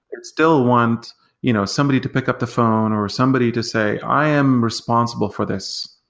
still want you know somebody to pick up the phone or somebody to say, i am responsible for this.